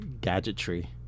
gadgetry